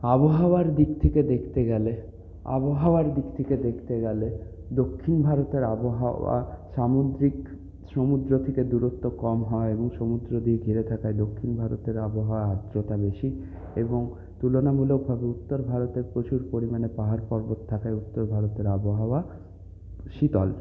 আবহাওয়ার দিক থেকে দেখতে গেলে আবহাওয়ার দিক থেকে দেখতে গেলে দক্ষিণ ভারতের আবহাওয়া সামুদ্রিক সমুদ্র থেকে দূরত্ব কম হওয়ায় এবং সমুদ্র দিয়ে ঘিরে থাকায় দক্ষিণ ভারতের আবহাওয়ায় আর্দ্রতা বেশি এবং তুলনামূলক ভাবে উত্তর ভারতে প্রচুর পরিমাণে পাহাড় পর্বত থাকায় উত্তর ভারতের আবহাওয়া শীতল